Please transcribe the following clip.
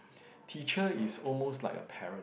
teacher is almost like a parent